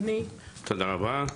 תודה רבה.